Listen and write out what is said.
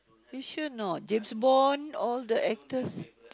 are you sure or not James-Bond all the actors